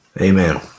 Amen